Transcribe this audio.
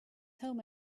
home